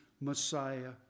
Messiah